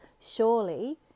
surely